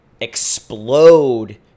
explode